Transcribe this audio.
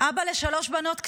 אבא לשלוש בנות קטנות.